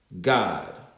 God